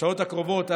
בשעות הקרובות,